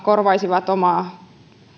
korvaisivat omaa